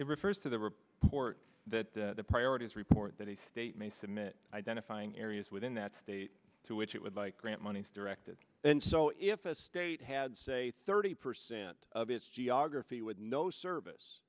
it refers to the report that the priorities report that a state may submit identifying areas within that state to which it would like grant monies directed so if a state had say thirty percent of its geography with no service